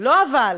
לא אבל.